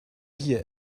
hier